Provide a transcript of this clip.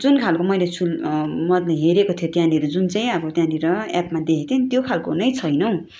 जुन खाले मैले छु मन हेरेको थिएँ त्यहाँनिर जुन चाहिँ अब त्यहाँनिर एपमा देखेको थिएँ नि त्यो खाले नै छैन हौ